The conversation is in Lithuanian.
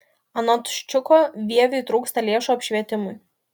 anot ščiucko vieviui trūksta lėšų apšvietimui